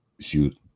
shoot